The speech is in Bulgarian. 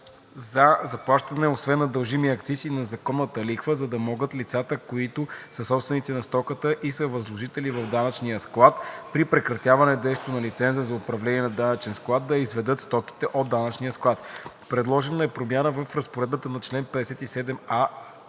за заплащане освен на дължимия акциз и на законната лихва, за да могат лицата, които са собственици на стоката и са вложители в данъчния склад, при прекратяване действието на лиценза за управление на данъчен склад да изведат стоките от данъчния склад. Предложена е промяна в Разпоредбата на чл. 57а,